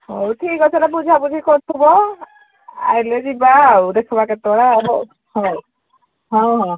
ହଉ ଠିକ୍ ଅଛି ହେଲେ ବୁଝାବୁଝି କରୁଥିବ ଆଇଲେ ଯିବା ଆଉ ଦେଖିବା କେତେବେଳେ ଆଉ ହଉ ହଁ ହଁ